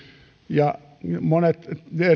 ja monet